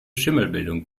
schimmelbildung